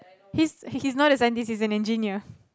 he's he's not a dentist he's an engineer